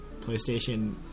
PlayStation